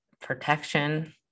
protection